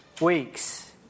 weeks